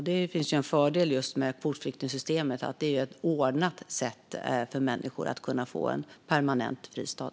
Det är en fördel med kvotflyktingsystemet att det är just ett ordnat sätt för människor att få en permanent fristad.